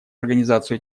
организацию